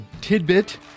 tidbit